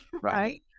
right